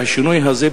והשינוי הזה,